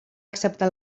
acceptar